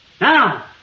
Now